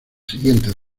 siguientes